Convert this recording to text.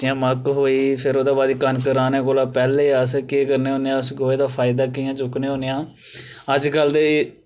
जि'यां मक्क होई ओह्दे बाद च कनक राह्न्े कोला पैहलें अस केह् करने होन्ने हां अस गोहे दा फायदा कि'यां चुक्कने होन्ने आं अजकल दे